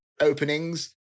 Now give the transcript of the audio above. openings